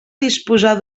disposar